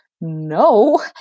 no